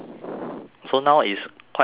so now is quite okay ha